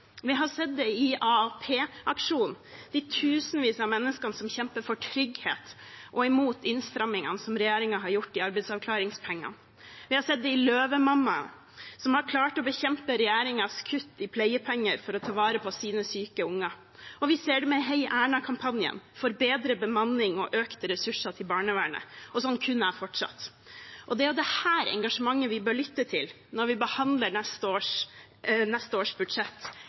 Vi har sett det med AAP-aksjonen, de tusenvis av menneskene som kjemper for trygghet og imot innstrammingene som regjeringen har gjort i arbeidsavklaringspengene. Vi har sett det med Løvemammaene, som har klart å bekjempe regjeringens kutt i pleiepenger for å ta vare på sine syke unger, og vi ser det med heierna-kampanjen for bedre bemanning og økte ressurser til barnevernet. Sånn kunne jeg ha fortsatt. Det er jo dette engasjementet vi bør lytte til når vi behandler neste års budsjett,